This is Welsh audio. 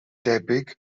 debygol